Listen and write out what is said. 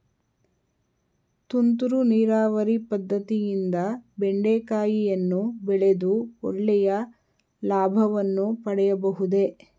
ತುಂತುರು ನೀರಾವರಿ ಪದ್ದತಿಯಿಂದ ಬೆಂಡೆಕಾಯಿಯನ್ನು ಬೆಳೆದು ಒಳ್ಳೆಯ ಲಾಭವನ್ನು ಪಡೆಯಬಹುದೇ?